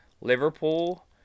Liverpool